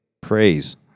praise